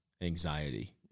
anxiety